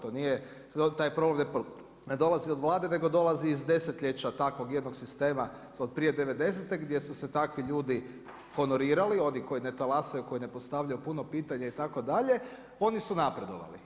To nije, taj problem ne dolazi od Vlade nego dolazi iz desetljeća takvog jednog sistema od prije devedesete gdje su se takvi ljudi honorirali oni koji ne talasaju, koji ne postavljaju puno pitanja itd. oni su napredovali.